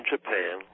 Japan